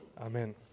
amen